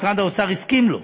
ומשרד האוצר הסכים לו: